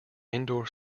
indoor